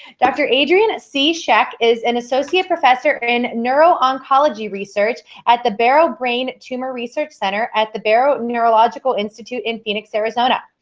dr. adrienne c. scheck is an associate professor in neuro-oncology research at the barrow brain tumor research center at the barrow neurological institute in phoenix, arizona.